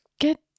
get